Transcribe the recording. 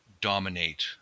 dominate